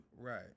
Right